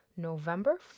November